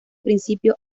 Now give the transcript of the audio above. principio